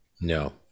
No